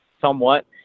somewhat